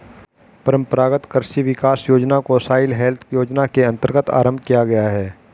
परंपरागत कृषि विकास योजना को सॉइल हेल्थ योजना के अंतर्गत आरंभ किया गया है